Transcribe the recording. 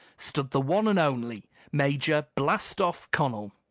stood the one and only major blast-off connel!